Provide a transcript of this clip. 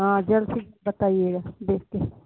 ہاں جلد سے بتائیے گا دیکھ کے